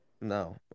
No